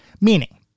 meaning